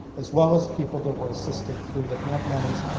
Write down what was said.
as well as people that were assisted through the hamp money,